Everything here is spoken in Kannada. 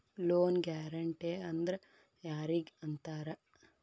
ಲೊನ್ ಗ್ಯಾರಂಟೇ ಅಂದ್ರ್ ಯಾರಿಗ್ ಅಂತಾರ?